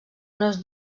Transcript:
unes